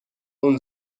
اون